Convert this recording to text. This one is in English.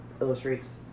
illustrates